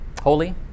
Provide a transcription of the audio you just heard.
holy